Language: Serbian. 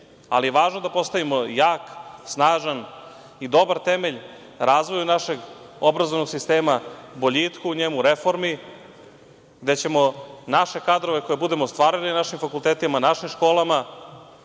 ali je važno da postavimo jak, snažan i dobar temelj razvoju našeg obrazovnog sistema, boljitku u njemu, reformi, gde ćemo naše kadrove koje budemo stvarali na našim fakultetima, našim školama